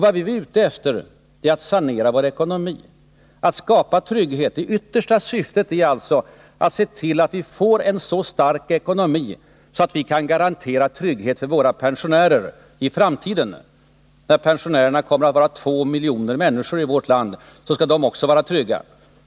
Vad vi är ute efter är att sanera vår ekonomi, att skapa trygghet. Det yttersta syftet är alltså att se till att vi får en så stark ekonomi att vi kan garantera trygghet för våra pensionärer i framtiden. När det kommer att finnas 2 miljoner pensionärer i vårt land skall de också vara trygga.